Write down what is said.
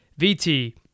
VT